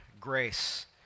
grace